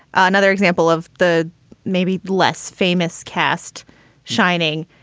another example of the maybe less famous cast shining.